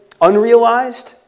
unrealized